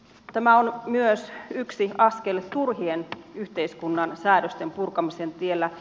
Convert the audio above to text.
tämä on myös yksi askel turhien yhteiskunnan säädösten purkamisen tiellä